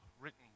written